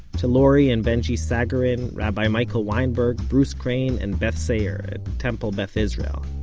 to lori and benjie sagarin, rabbi michael weinberg, bruce crane and beth sair at temple beth israel,